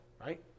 right